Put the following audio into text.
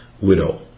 widow